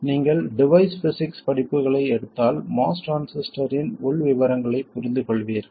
நீங்கள் device physics படிப்புகளை எடுத்தால் MOS டிரான்சிஸ்டரின் உள் விவரங்களைப் புரிந்துகொள்வீர்கள்